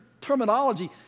terminology